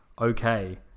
Okay